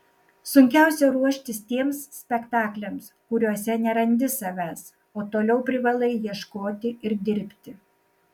sunkiausia ruoštis tiems spektakliams kuriuose nerandi savęs o toliau privalai ieškoti ir dirbti